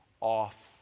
off